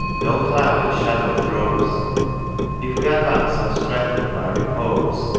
no cloud its shadow throws if we advance unstrengthen'd by repose,